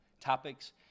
topics